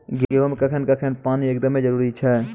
गेहूँ मे कखेन कखेन पानी एकदमें जरुरी छैय?